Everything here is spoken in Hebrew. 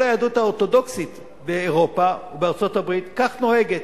כל היהדות האורתודוקסית באירופה ובארצות-הברית כך נוהגת.